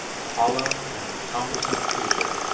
a hollow and incompetent creature,